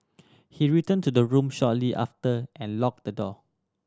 he returned to the room shortly after and locked the door